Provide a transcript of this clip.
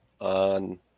on